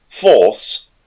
force